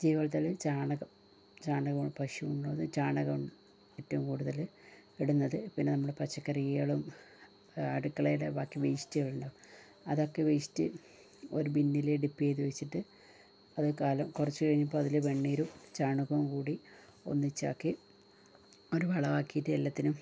ജൈവ വളം എന്നെച്ചാല് ചാണകം ചാണകം ആണ് പശു ഉള്ളതുകൊണ്ട് ചാണകം ഉണ്ട് ഏറ്റവും കൂടുതല് ഇടുന്നത് പിന്നെ നമ്മള് പച്ചക്കറികളും അടുക്കളയിലെ ബാക്കി വേസ്റ്റ്കളുണ്ടാവും അതൊക്കെ വേസ്റ്റ് ഒരു ബിന്നില് ഡിപ്പെയ്ത് വെച്ചിട്ട് അത് കാലം കുറച്ച് കയ്യുമ്പം വെണ്ണീരും ചാണകവും കൂടി ഒന്നിച്ചാക്കി ഒരു വളമാക്കീട്ട് എല്ലത്തിനും